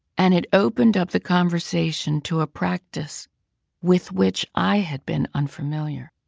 and it opened up the conversation to a practice with which i had been unfamiliar.